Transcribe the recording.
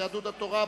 יהדות התורה,